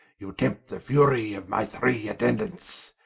you tempt the fury of my three attendants,